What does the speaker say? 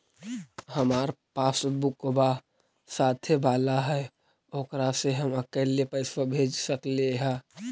हमार पासबुकवा साथे वाला है ओकरा से हम अकेले पैसावा भेज सकलेहा?